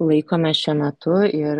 laikomės šiuo metu ir